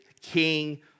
king